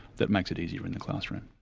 that makes it easier in the classroom.